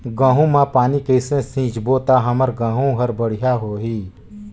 गहूं म पानी कइसे सिंचबो ता हमर गहूं हर बढ़िया होही?